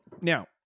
Now